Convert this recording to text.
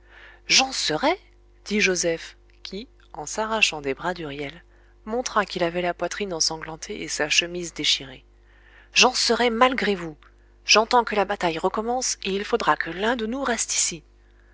j'en serai dit joseph qui en s'arrachant des bras d'huriel montra qu'il avait la poitrine ensanglantée et sa chemise déchirée j'en serai malgré vous j'entends que la bataille recommence et il faudra que l'un de nous reste ici